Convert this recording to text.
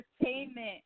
entertainment